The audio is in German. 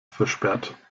versperrt